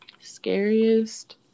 scariest